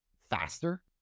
faster